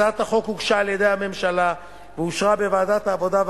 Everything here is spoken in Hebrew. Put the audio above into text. הצעת החוק הוגשה על-ידי הממשלה ואושרה בוועדת העבודה,